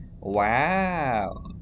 Wow